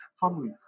family